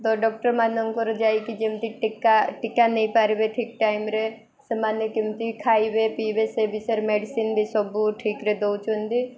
ତ ଡକ୍ଟର ମାନଙ୍କର ଯାଇକି ଯେମିତି ଟୀକା ନେଇପାରିବେ ଠିକ୍ ଟାଇମ୍ରେ ସେମାନେ କେମିତି ଖାଇବେ ପିଇବେ ସେ ବିଷୟରେ ମେଡ଼ିସିନ ବି ସବୁ ଠିକ୍ରେ ଦେଉଛନ୍ତି